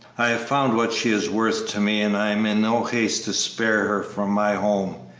i have found what she is worth to me, and i am in no haste to spare her from my home.